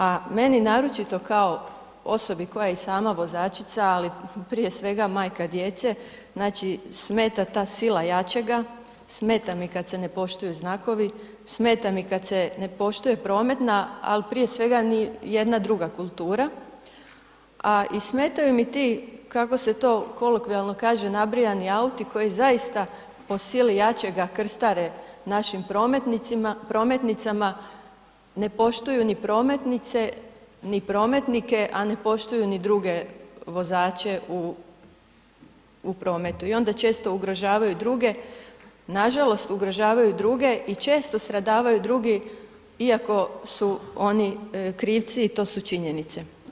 A meni naročito kao osobi koja je i sama vozačica, ali prije svega majka djece, znači, smeta ta sila jačega, smeta mi kad se ne poštuju znakovi, smeta mi kad se ne poštuje prometna, al prije svega ni jedna druga kultura, a i smetaju mi ti, kako se to kolokvijalno kaže, nabrijani auti koji zaista po sili jačega krstare našim prometnicama, ne poštuju ni prometnice, ni prometnike, a ne poštuju ni druge vozače u prometu i onda često ugrožavaju druge, nažalost, ugrožavaju druge i često stradavaju drugi iako su oni krivci i to su činjenice.